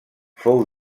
fou